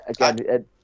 Again